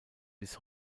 bis